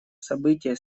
события